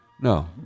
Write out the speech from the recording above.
No